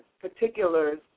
particulars